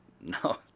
no